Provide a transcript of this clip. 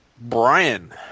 Brian